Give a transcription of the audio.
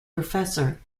professor